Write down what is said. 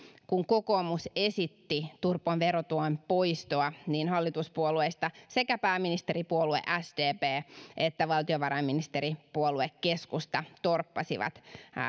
kun kokoomus esitti turpeen verotuen poistoa niin hallituspuolueista sekä pääministeripuolue sdp että valtiovarainministeripuolue keskusta torppasivat